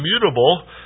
immutable